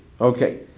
okay